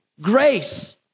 grace